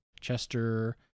Chester